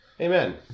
Amen